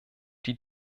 die